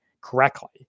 correctly